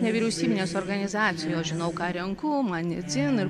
nevyriausybinės organizacijos žinau ką renku man ne dzin ir